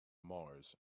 mars